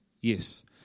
Yes